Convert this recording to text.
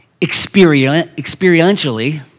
experientially